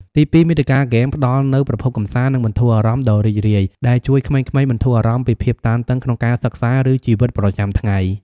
ទីពីរ មាតិកាហ្គេមផ្តល់នូវ ប្រភពកម្សាន្ត និងបន្ធូរអារម្មណ៍ ដ៏រីករាយ ដែលជួយក្មេងៗបន្ធូរអារម្មណ៍ពីភាពតានតឹងក្នុងការសិក្សា ឬជីវិតប្រចាំថ្ងៃ។